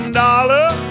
dollar